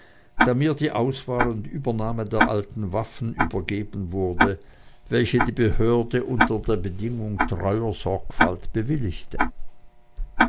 da mir die auswahl und übernahme der alten waffen übergeben wurde welche die behörde unter der bedingung treuer sorgfalt bewilligte